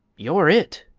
you're it!